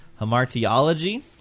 hamartiology